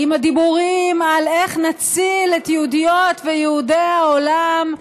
עם הדיבורים על איך נציל את יהודיות ויהודי העולם,